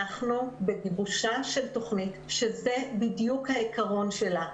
אנחנו בגיבושה של תכנית שזה בדיוק העיקרון שלה.